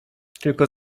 tylko